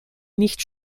nicht